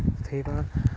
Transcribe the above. तथैव